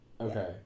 Okay